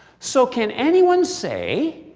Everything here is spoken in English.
so can anyone say,